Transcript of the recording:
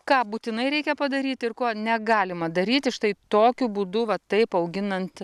ką būtinai reikia padaryti ir ko negalima daryti štai tokiu būdu va taip auginant